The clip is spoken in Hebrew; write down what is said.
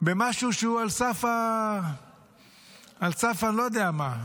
במשהו שהוא על סף אני לא יודע מה,